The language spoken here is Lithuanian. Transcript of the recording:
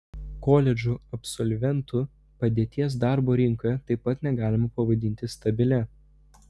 koledžų absolventų padėties darbo rinkoje taip pat negalima pavadinti stabilia